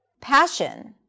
passion